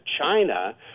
China